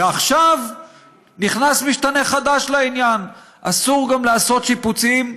ועכשיו נכנס משתנה חדש לעניין: אסור גם לעשות שיפוצים.